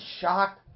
shocked